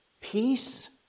peace